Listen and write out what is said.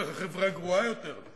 כך החברה גרועה יותר,